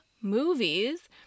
movies